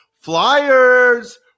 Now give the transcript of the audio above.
Flyers